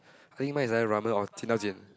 I think mine is either ramen or